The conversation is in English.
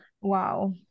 Wow